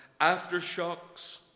aftershocks